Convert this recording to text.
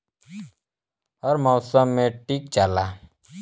हर मउसम मे टीक जाला